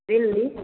Delhi